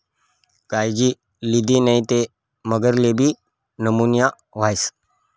कायजी लिदी नै ते मगरलेबी नीमोनीया व्हस